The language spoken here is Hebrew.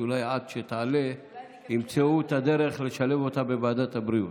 שאולי עד שתעלה ימצאו את הדרך לשלב אותה בוועדת הבריאות,